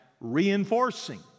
reinforcing